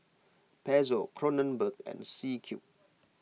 Pezzo Kronenbourg and C Cube